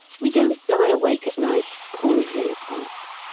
we don't lie awake at nights pondering upon it.